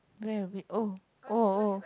where are we oh oh